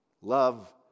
Love